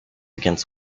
against